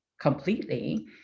completely